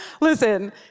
Listen